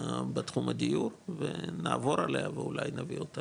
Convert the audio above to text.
בתחום הדיור ונעבור עליה ואולי נביא אותה